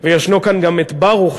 וישנו כאן ברוך,